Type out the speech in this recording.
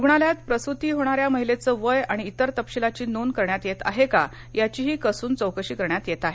रुग्णालयात प्रसूत होणाऱ्या महिलेचं वय इत्यादि तपशीलाची नोंद करण्यात येत आहे का याचीही कसून चौकशी करण्यात येत आहे